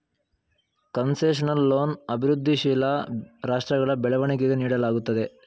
concessional loan ಅಭಿವೃದ್ಧಿಶೀಲ ರಾಷ್ಟ್ರಗಳ ಬೆಳವಣಿಗೆಗೆ ನೀಡಲಾಗುತ್ತದೆ